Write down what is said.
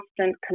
constant